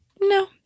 no